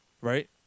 right